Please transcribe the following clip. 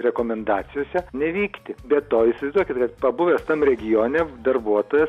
rekomendacijose nevykti be to išsivaizduokit kad pabuvęs tam regione darbuotojas